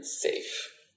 safe